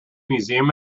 museum